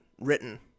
written